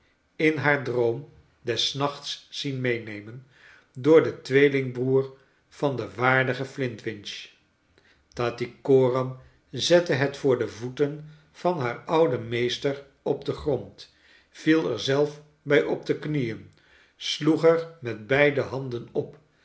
o o m des nachts zien meenemen door den twee ling broer van den waardigen flint winch tattycoram zette het voor de voeten van haar ouden meester op den grond viel er zelf bij op de knieen sloeg er met beide handen op